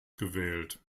gewählt